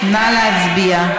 נא להצביע.